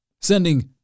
Sending